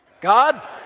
God